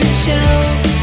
chills